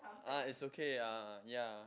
ah is okay ah ya